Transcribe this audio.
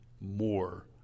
more